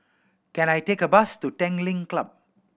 can I take a bus to Tanglin Club